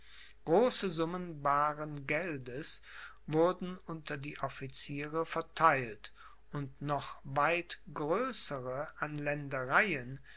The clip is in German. große summen baaren geldes wurden unter die officiere verteilt und noch weit größere an